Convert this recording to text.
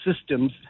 systems